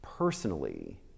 personally